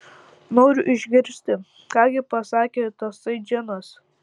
noriu išgirsti ką gi pasakė tasai džinas